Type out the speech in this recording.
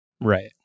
Right